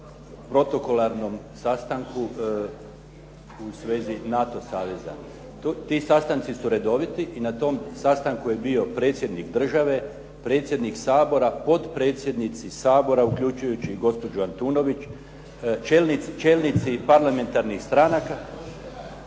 protokolarnom sastanku u svezi NATO saveza. Ti sastanci su redoviti i na tom sastanku je bio Predsjednik države, predsjednik Sabora, potpredsjednici Sabora, uključujući i gospođu Antunović, čelnici parlamentarnih stranaka.